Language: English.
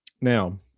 Now